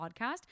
podcast